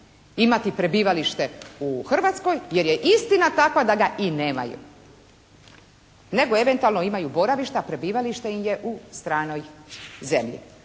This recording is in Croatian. imati prebivalište u Hrvatskoj jer je istina takva da ga i nemaju. Nego eventualno imaju boravište a prebivalište im je u stranoj zemlji.